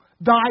Thy